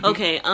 Okay